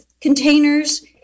containers